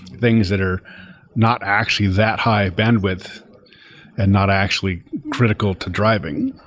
things that are not actually that high bandwidth and not actually critical to driving.